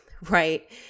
right